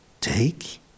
take